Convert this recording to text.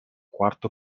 quarto